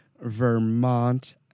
Vermont